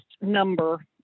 number